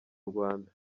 rwanda